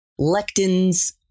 lectins